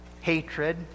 hatred